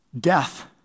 Death